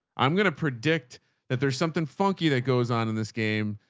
i'm going to predict that there's something funky that goes on in this game.